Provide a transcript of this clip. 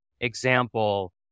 example